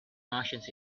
martians